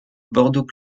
bordeaux